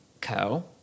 Co